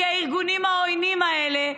כי הארגונים העוינים האלה,